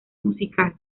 musical